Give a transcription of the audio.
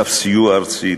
קו סיוע ארצי,